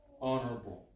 honorable